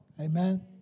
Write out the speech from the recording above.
Amen